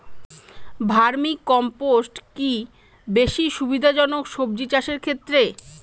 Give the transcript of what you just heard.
Vermi compost কি বেশী সুবিধা জনক সবজি চাষের ক্ষেত্রে?